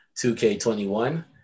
2K21